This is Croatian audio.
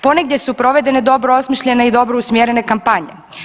Ponegdje su provedene dobro osmišljene i dobro usmjerene kampanje.